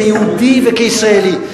כיהודי וכישראלי,